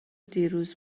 دیروز